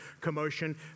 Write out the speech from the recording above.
commotion